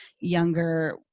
younger